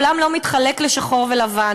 העולם לא מתחלק לשחור ולבן,